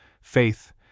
faith